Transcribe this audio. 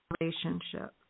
relationship